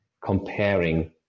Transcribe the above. comparing